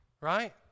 right